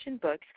books